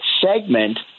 segment